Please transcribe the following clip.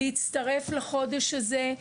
להצטרף לחודש הזה.